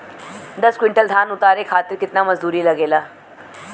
दस क्विंटल धान उतारे खातिर कितना मजदूरी लगे ला?